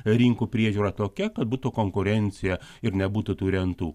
rinkų priežiūra tokia būtų konkurencija ir nebūtų tų rentų